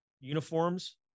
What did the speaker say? uniforms